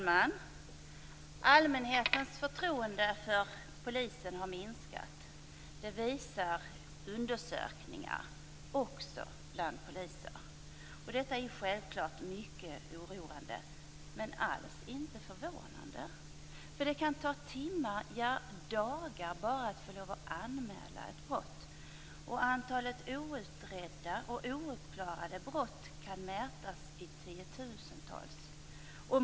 Fru talman! Allmänhetens förtroende för polisen har minskat. Det visar undersökningar också bland poliser. Detta är självfallet mycket oroande men alls inte förvånande. Det kan ta timmar, ja, dagar, bara att anmäla ett brott. Antalet outredda och ouppklarade brott kan mätas i tiotusental.